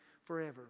forever